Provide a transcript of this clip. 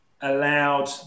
allowed